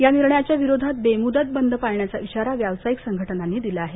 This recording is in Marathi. या निर्णयाच्या विरोधात बेमुदत बंद पाळण्याचा इशारा व्यावसायिक संघटनांनी दिला आहे